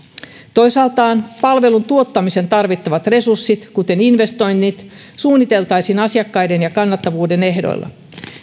toisaalta palvelun tuottamiseen tarvittavat resurssit kuten investoinnit suunniteltaisiin asiakkaiden ja kannattavuuden ehdoilla